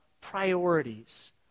priorities